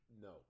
No